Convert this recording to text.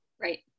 Right